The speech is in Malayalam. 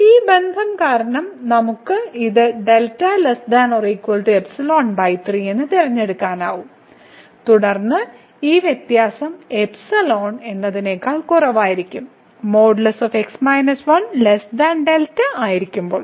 ഈ ബന്ധം കാരണം നമുക്ക് ഇത് തിരഞ്ഞെടുക്കാനാകും തുടർന്ന് ഈ വ്യത്യാസം ϵ എന്നതിനേക്കാൾ കുറവായിരിക്കും ആയിരിക്കുമ്പോൾ